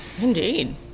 Indeed